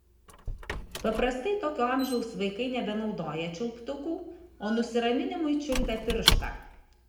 paprastai tokio amžiaus vaikai nebenaudoja čiulptukų o nusiraminimui čiulpia pirštą